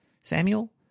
Samuel